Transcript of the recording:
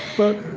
but,